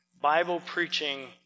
Bible-preaching